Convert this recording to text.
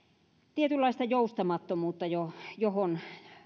tietynlaista joustamattomuutta johon